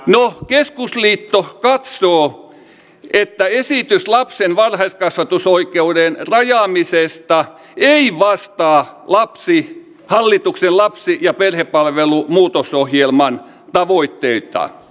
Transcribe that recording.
no keskusliitto katsoo että esitys lapsen varhaiskasvatusoikeuden rajaamisesta ei vastaa hallituksen lapsi ja perhepalvelumuutosohjelman tavoitteita